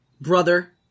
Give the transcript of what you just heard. brother